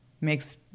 makes